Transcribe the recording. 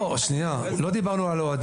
לא דיברנו בהכרח על אוהדים.